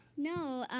no.